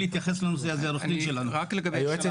אני מבקש מעוה"ד